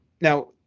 now